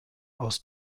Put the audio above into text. aus